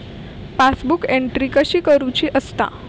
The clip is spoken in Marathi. पासबुक एंट्री कशी करुची असता?